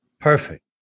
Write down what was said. Perfect